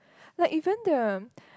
like even the